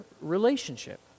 relationship